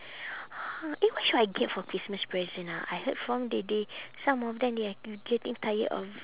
!huh! eh what should I get for christmas present ah I heard from that day some of them they are getting tired of